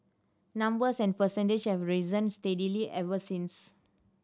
numbers and percentage have risen steadily ever since